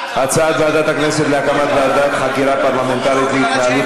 הצעת ועדת הכנסת להקמת ועדת חקירה פרלמנטרית להתנהלות